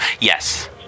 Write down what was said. Yes